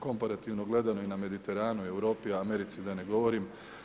Komparativno gledano i na Mediteranu, Europi, Americi da ne govorim.